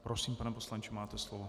Prosím, pane poslanče, máte slovo.